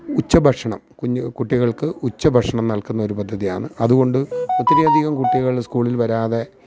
ഉച്ചഭക്ഷണം കുഞ്ഞ് കുട്ടികള്ക്ക് ഉച്ച ഭക്ഷണം നല്കുന്ന ഒരു പദ്ധതിയാണ് അതുകൊണ്ട് ഒത്തിരി അധികം കുട്ടികൾ സ്കൂളില് വരാതെ